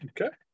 Okay